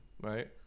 right